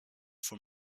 for